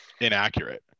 inaccurate